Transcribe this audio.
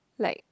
like